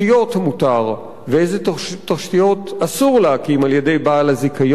מותר ואיזה תשתיות אסור להקים על-ידי בעל הזיכיון.